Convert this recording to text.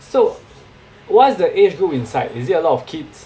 so what is the age group inside is it a lot of kids